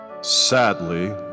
sadly